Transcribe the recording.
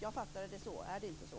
Jag fattade det så. Är det inte så?